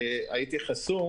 מינהלית חוזרת כמשמעותה בסעיף 2(ג)